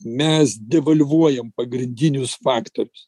mes devalvuojam pagrindinius faktorius